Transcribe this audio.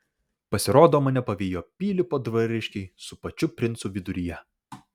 pasirodo mane pavijo pilypo dvariškiai su pačiu princu viduryje